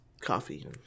coffee